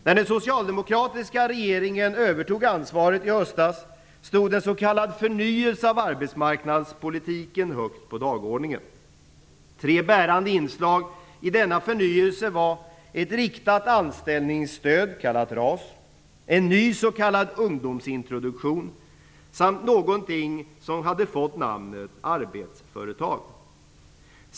När den socialdemokratiska regeringen övertog ansvaret i höstas stod en s.k. förnyelse av arbetsmarknadspolitiken högt på dagordningen. Tre bärande inslag i denna förnyelse var ett riktat anställningsstöd - RAS -, en ny s.k. ungdomsintroduktion samt någonting som hade fått namnet arbetsföretag.